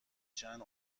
چند